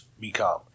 become